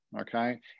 okay